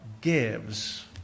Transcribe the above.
gives